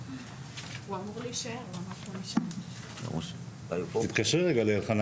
והנושא הזה חשוב מאוד לסטודנטים שצריכים את המלגות